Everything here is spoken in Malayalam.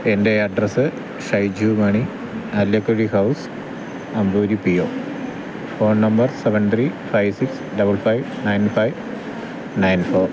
എന്റെ address Shaiju Mani Alilakkuzhi house Amboori P O phone number seven three five six double five nine five nine four